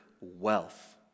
wealth